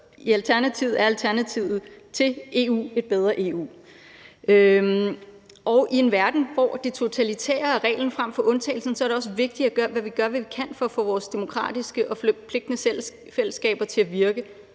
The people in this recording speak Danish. i Alternativet er alternativet til EU et bedre EU. Og i en verden, hvor det totalitære er reglen frem for undtagelsen, er det også vigtigt, at vi gør, hvad vi kan, for at få vores demokratiske og forpligtende fællesskaber til at virke,